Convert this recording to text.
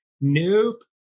Nope